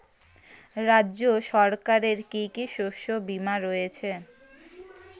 রাজ্য সরকারের কি কি শস্য বিমা রয়েছে?